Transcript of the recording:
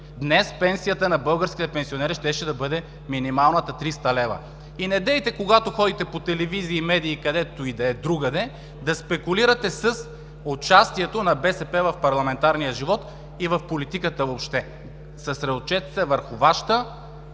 пенсия на българските пенсионери щеше да бъде 300 лв. Недейте, когато ходите по телевизии и медии, където и да е другаде, да спекулирате с участието на БСП в парламентарния живот и в политиката въобще. Съсредоточете се върху Вашата